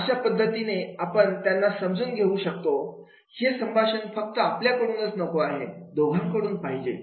अशा पद्धतीने आपण त्यांना समजून घेऊ शकतोहे संभाषण फक्त आपल्याकडूनच नको आहे दोघांकडून पाहिजे